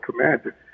commander